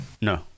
No